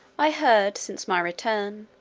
i heard since my return,